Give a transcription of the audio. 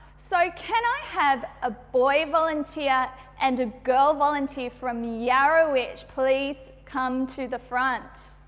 so, can i have a boy volunteer and a girl volunteer from yarrowitch, please come to the front.